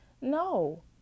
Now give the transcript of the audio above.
No